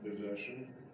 Possession